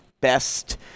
best